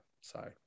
sorry